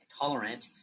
tolerant